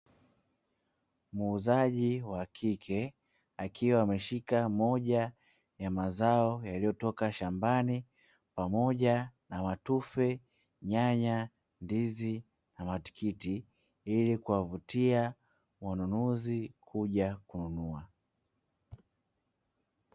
Muuzaji wa kike akiwa ameshika moja ya mazao yaliyotoka shambani pamoja na matufe, nyanya, ndizi na matikiti ili kuwavutia wanunuzi kuja kununua.